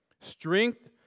strength